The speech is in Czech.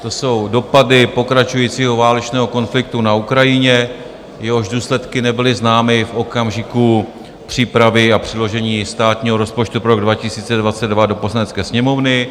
To jsou dopady pokračujícího válečného konfliktu na Ukrajině, jehož důsledky nebyly známy v okamžiku přípravy a předložení státního rozpočtu pro rok 2022 do Poslanecké sněmovny.